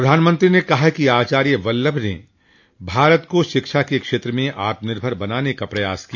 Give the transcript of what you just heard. प्रधानमंत्री ने कहा कि आचार्य वल्लभ ने भारत को शिक्षा के क्षेत्र में आत्मनिर्भर बनाने का प्रयास किया